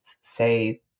say